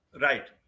Right